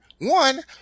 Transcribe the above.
One